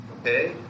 Okay